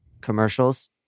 commercials